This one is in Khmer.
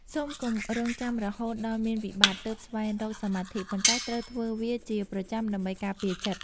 សូមកុំរង់ចាំរហូតដល់មានវិបត្តិទើបស្វែងរកសមាធិប៉ុន្តែត្រូវធ្វើវាជាប្រចាំដើម្បីការពារចិត្ត។